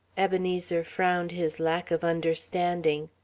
ebenezer frowned his lack of understanding.